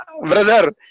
brother